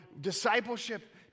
discipleship